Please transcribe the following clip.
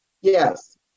Yes